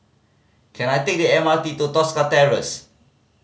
can I take the M R T to Tosca Terrace